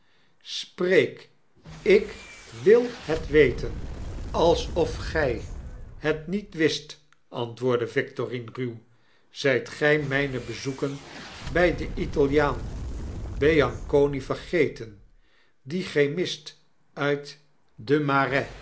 spreek ik wil het weten alsof gy het niet wist antwoordde victorine ruw zyt gy myne bezoeken bij den italiaan beanconi vergeten dien chemist uit de